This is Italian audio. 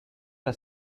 era